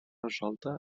resolta